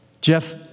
Jeff